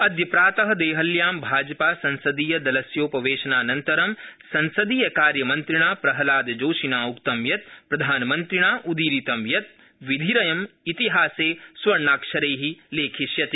अद्य प्रात देहल्यां भाजपासंसदीयदलस्योपवेशनानन्तरं संसदीयकार्यमन्त्रिणा प्रह्नादजोशिना उक्तं यत् प्रधानमन्त्रिणा उदीरितं यत् विधिरयं इतिहासे स्वर्णाक्षरै लेखिष्यति